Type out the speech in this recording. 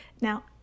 Now